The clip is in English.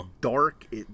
dark